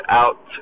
out